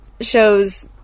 shows